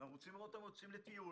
ואנחנו רוצים לראות אותם יוצאים לטיול